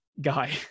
guy